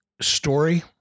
story